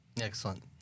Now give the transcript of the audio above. Excellent